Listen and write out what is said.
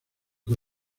que